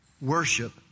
Worship